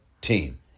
team